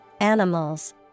animals